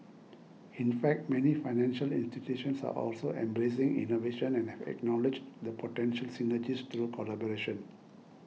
in fact many financial institutions are also embracing innovation and have acknowledged the potential synergies through collaboration